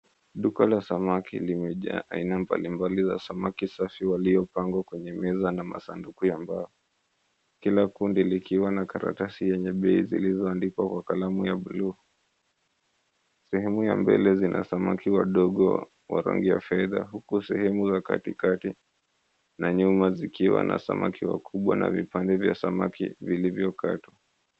Duka la samaki limejaa aina mbalimbali za samaki safi waliopangwa kwenye meza na sanduku la mbao, kila kundi likiwa na karatasi zenye bei zilizondikwa kwa kalamu ya bluu. Sehemu ya mbele zina samaki wadogo wa rangi ya fedha huku sehemu za katikati na nyuma zikiwa na samaki wakubwa na vipande vya samaki vilivyokatwa.